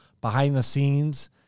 behind-the-scenes